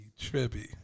trippy